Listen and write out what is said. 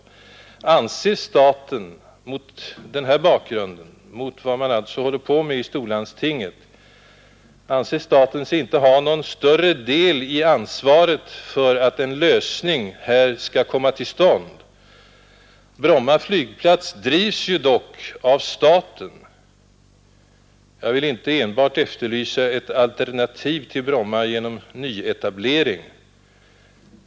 Anser staten mot denna bakgrund — alltså med tanke på vad man håller på med i storlandstinget — sig inte ha någon större del i ansvaret för att en lösning här skall komma till stånd? Bromma flygplats drivs ju dock av staten. Jag vill inte enbart efterlysa ett alternativ till Bromma genom nyetablering.